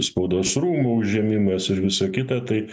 spaudos rūmų užėmimas ir visa kita tai